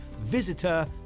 visitor